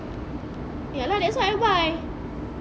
ya lah that's why I buy